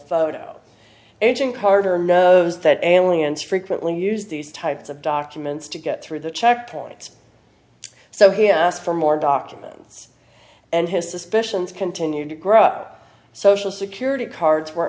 photo aging carter knows that alley and strictly used these types of documents to get through the checkpoints so he asked for more documents and his suspicions continued to grow social security cards were